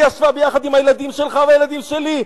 היא ישבה יחד עם הילדים שלך והילדים שלי,